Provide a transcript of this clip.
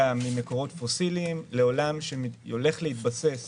ממקורות פוסיליים לעולם שהולך להתבסס